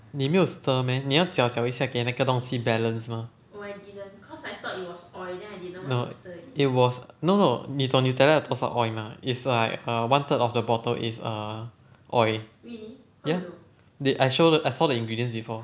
你没有 stir meh 你要搅搅一下给那个东西 balance mah no it was no no 你懂 nutella 有多少 oil mah it's like err one third of the bottle is err oil ya did I show I saw the ingredients before